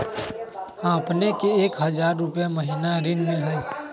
हां अपने के एक हजार रु महीने में ऋण मिलहई?